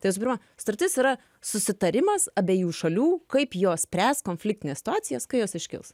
tai visų pirma sutartis yra susitarimas abiejų šalių kaip jos spręs konfliktines situacijas kai jos iškils